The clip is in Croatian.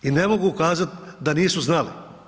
I ne mogu kazati da nisu znali.